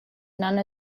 none